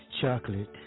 Chocolate